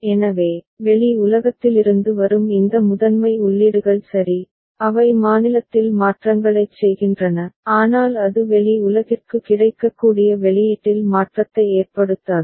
எனவே வெளி உலகத்திலிருந்து வரும் இந்த முதன்மை உள்ளீடுகள் சரி அவை மாநிலத்தில் மாற்றங்களைச் செய்கின்றன ஆனால் அது வெளி உலகிற்கு கிடைக்கக்கூடிய வெளியீட்டில் மாற்றத்தை ஏற்படுத்தாது